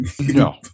No